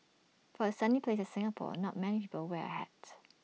for A sunny place Singapore not many people wear hat